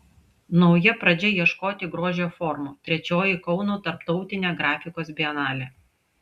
nauja pradžia ieškoti grožio formų trečioji kauno tarptautinė grafikos bienalė